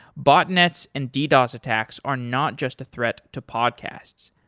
botnets and ddos attacks are not just a threat to podcasts,